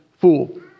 fool